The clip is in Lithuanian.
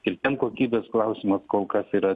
ir ten kokybės klausimas kol kas yra